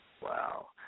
Wow